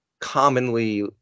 commonly